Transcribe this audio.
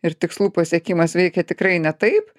ir tikslų pasiekimas veikia tikrai ne taip